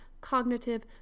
cognitive